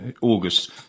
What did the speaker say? August